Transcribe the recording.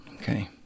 Okay